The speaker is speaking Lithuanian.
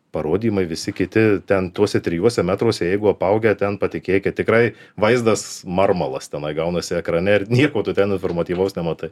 parodymai visi kiti ten tuose trijuose metruose jeigu apaugę ten patikėkit tikrai vaizdas marmalas tenai gaunasi ekrane ir nieko tu ten informatyvaus nematai